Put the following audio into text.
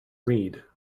read